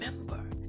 remember